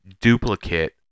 duplicate